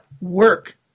work